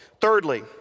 Thirdly